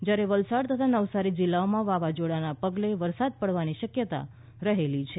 જ્યારે વલસાડ તથા નવસારી જિલ્લાઓમાં વાવાઝોડાના પગલે વરસાદ પડવાની શક્યતા રહેલી છે